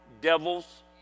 devils